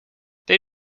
they